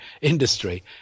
industry